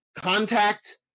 contact